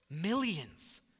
Millions